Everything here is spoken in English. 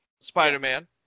Spider-Man